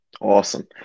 awesome